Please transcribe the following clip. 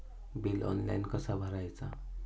Bill online कसा भरायचा?